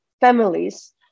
families